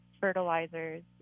fertilizers